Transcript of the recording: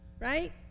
right